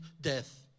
death